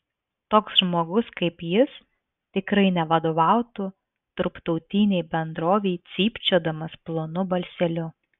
toks žmogus kaip jis tikrai nevadovautų tarptautinei bendrovei cypčiodamas plonu balseliu